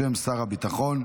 בשם שר הביטחון,